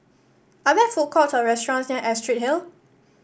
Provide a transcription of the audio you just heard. are there food courts or restaurants near Astrid Hill